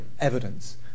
evidence